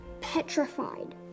petrified